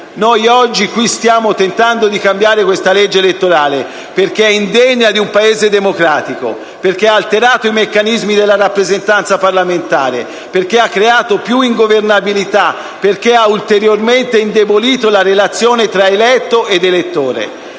Noi oggi qui stiamo tentando di cambiare questa legge elettorale perché è indegna di un Paese democratico, perché ha alterato i meccanismi della rappresentanza parlamentare, perché ha creato più ingovernabilità, perché ha ulteriormente indebolito la relazione tra eletto ed elettore.